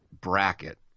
bracket